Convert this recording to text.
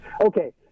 Okay